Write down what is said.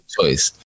choice